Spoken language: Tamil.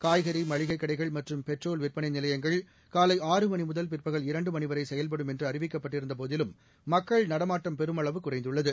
காய்கறி மளிகை கடைகள் மற்றும் பெட்ரோல் விற்பனை நிலையங்கள் காலை ஆறு மணி முதல் பிற்பகல் இரண்டு மணி வரை செயல்படும் என்று அறிவிக்கப்பட்டிருந்த போதிலும் மக்கள் நடமாட்டம் பெருமளவு குறைந்துள்ளது